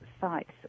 sites